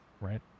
right